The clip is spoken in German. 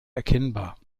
erkennbar